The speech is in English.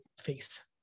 face